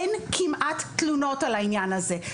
אין כמעט תלונות על העניין הזה.